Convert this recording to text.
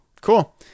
cool